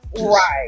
Right